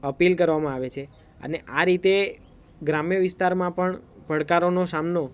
appeal કરવામાં આવે છે અને આ રીતે ગ્રામ્ય વિસ્તારમાં પણ પડકારોનો સામનો